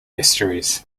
estuaries